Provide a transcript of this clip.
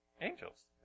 angels